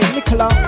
Nicola